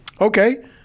Okay